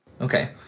Okay